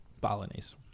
Balinese